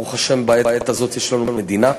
ברוך השם בעת הזאת יש לנו מדינה.